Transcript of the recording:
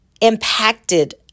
impacted